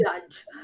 judge